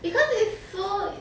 because it's so